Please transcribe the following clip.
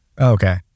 okay